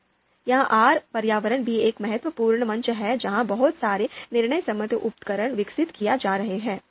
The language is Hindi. तो यह आर पर्यावरण भी एक महत्वपूर्ण मंच है जहां बहुत सारे निर्णय समर्थन उपकरण विकसित किए जा रहे हैं